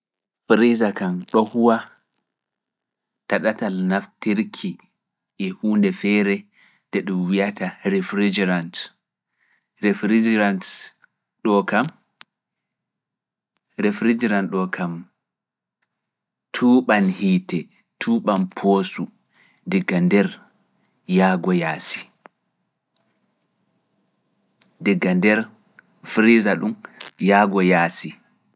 Fewinirdu kam ɗon huwa dow ɗatal naftirki e huunde feere nde ɗum wiyata refrigerant. Refrigerant ɗo kam tuuɓan hiite, tuuɓan poosu diga nder yaago yaasi. Diga nder frisa ɗum, yaago yaasi.